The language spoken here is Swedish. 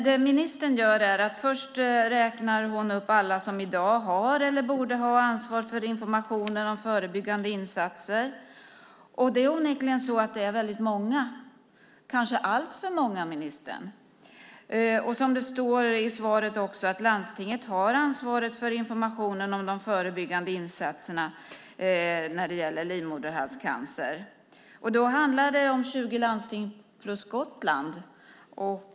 Det ministern gör är först att hon räknar upp alla som i dag har eller borde ha ansvar för informationen om förebyggande insatser. Onekligen är det väldigt många, kanske alltför många, ministern. I svaret står att landstingen har ansvaret för informationen om de förebyggande insatserna när det gäller livmoderhalscancer. Det handlar då om 20 landsting plus Gotland.